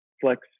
flex